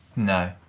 no,